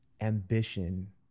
ambition